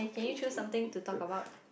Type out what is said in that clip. can you choose something to talk about